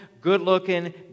good-looking